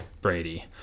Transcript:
Brady